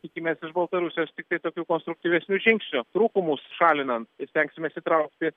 tikimės iš baltarusijos tiktai tokių konstruktyvesnių žingsnių trūkumus šalinant stengsimės įtraukti